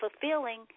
fulfilling